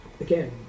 again